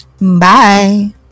bye